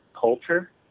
culture